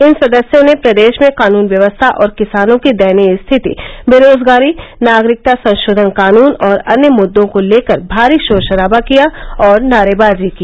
इन सदस्यो ने प्रदेश में कानून व्यवस्था और किसानों की दयनीय स्थिति बेरोजगारी नागरिकता संशोधन कानून और अन्य मुद्दों को लेकर भारी शोरशराबा किया और नारेबाजी की